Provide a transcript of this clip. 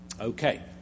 Okay